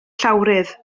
llawrydd